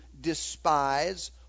despise